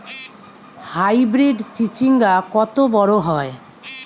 Hybrid চিচিংঙ্গা কত বড় হয়?